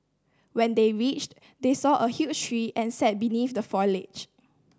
when they reached they saw a huge tree and sat beneath the foliage